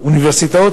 האוניברסיטאות,